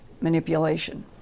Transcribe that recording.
manipulation